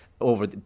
over